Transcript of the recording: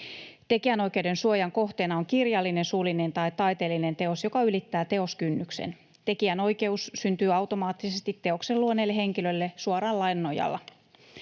Tekijänoikeuden suojan kohteena on kirjallinen, suullinen tai taiteellinen teos, joka ylittää teoskynnyksen. Tekijänoikeus syntyy automaattisesti teoksen luoneelle henkilölle suoraan lain nojalla.